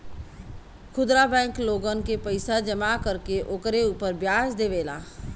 खुदरा बैंक लोगन के पईसा जमा कर के ओकरे उपर व्याज देवेला